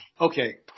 Okay